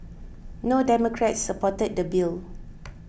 no Democrats supported the bill